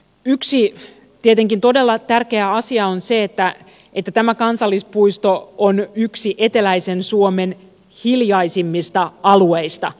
yksi tietenkin todella tärkeä asia on se että tämä kansallispuisto on yksi eteläisen suomen hiljaisimmista alueista